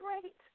great